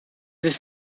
ist